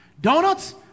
Donuts